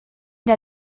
der